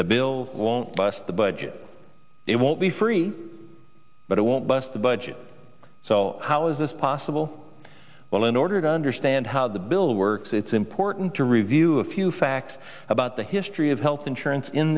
the bill won't bust the budget it won't be free but it won't bust the budget so how is this possible well in order to understand how the bill works it's important to review a few facts about the history of health insurance in